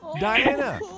Diana